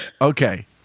Okay